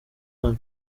hano